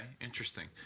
interesting